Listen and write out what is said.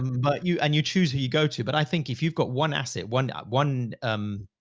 but you, and you choose who you go to. but i think if you've got one asset, one, one, um,